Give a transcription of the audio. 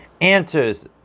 Answers